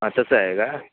आ तसं आहे का